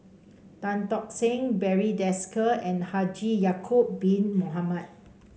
Tan Tock Seng Barry Desker and Haji Ya'acob Bin Mohamed